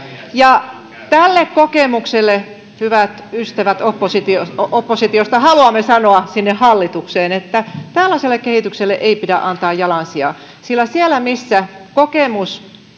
ja tälle kokemukselle hyvät ystävät oppositiosta oppositiosta haluamme sanoa sinne hallitukseen että tällaiselle kehitykselle ei pidä antaa jalansijaa sillä siellä missä kokemus